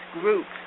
groups